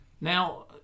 Now